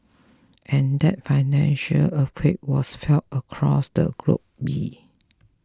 and that financial earthquake was felt across the globe